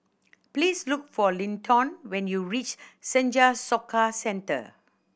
please look for Linton when you reach Senja Soka Centre